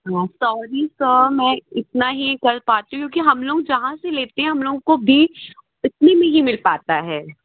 हाँ sorry sir मैं इतना ही कर पाती हूँ क्योंकि हम लोग जहाँ से लेते हैं हम लोगों को भी इतने में ही मिल पाता है